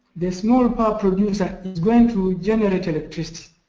the small power producer is going to generate electricity,